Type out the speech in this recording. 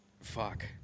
fuck